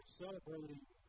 celebrating